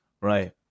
Right